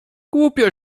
głupio